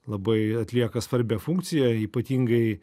labai atlieka svarbią funkciją ypatingai